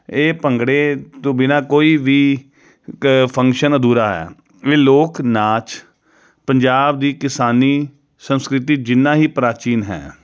ਇਹ ਭੰਗੜੇ ਤੋਂ ਬਿਨ੍ਹਾਂ ਕੋਈ ਵੀ ਕ ਫੰਕਸ਼ਨ ਅਧੂਰਾ ਹੈ ਇਹ ਲੋਕ ਨਾਚ ਪੰਜਾਬ ਦੀ ਕਿਸਾਨੀ ਸੰਸਕ੍ਰਿਤੀ ਜਿੰਨਾ ਹੀ ਪ੍ਰਾਚੀਨ ਹੈ